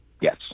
Yes